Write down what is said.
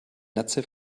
netze